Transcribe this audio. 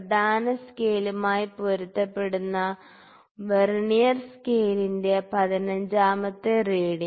പ്രധാന സ്കെയിലുമായി പൊരുത്തപ്പെടുന്ന വെർനിയർ സ്കെയിലിസിന്റെ പതിനഞ്ചാമത്തെ റീഡിങ്